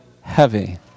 heavy